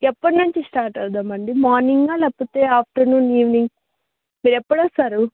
ఎప్పుడునుండి start అవుదాం అండి మార్నింగా లేకపోతే ఆఫ్టర్నూన్ ఈవెనింగ్ మీరు ఎప్పుడు వస్తారు